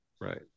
Right